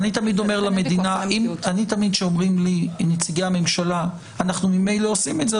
תמיד כשאומרים לי נציגי הממשלה: אנחנו ממילא עושים את זה,